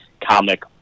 comic